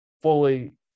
fully